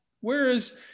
Whereas